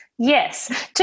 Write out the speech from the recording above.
Yes